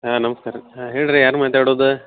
ಹಾಂ ನಮ್ಸ್ಕಾರ ರೀ ಹಾಂ ಹೇಳಿರಿ ಯಾರು ಮಾತಾಡುದು